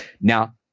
Now